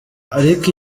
ariko